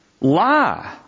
Lie